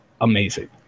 amazing